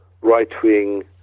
right-wing